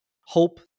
Hope